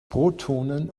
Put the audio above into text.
protonen